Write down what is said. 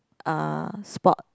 uh sport